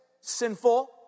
sinful